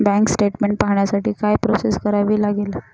Bank statement पाहण्यासाठी काय process करावी लागेल?